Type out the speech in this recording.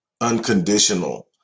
unconditional